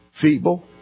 Feeble